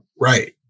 Right